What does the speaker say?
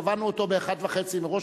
קבענו אותו ב-13:30 מראש,